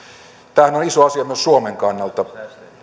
tämähän on iso asia myös suomen kannalta